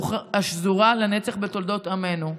השזורה לנצח בתולדות עמנו.